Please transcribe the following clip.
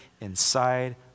inside